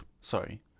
Sorry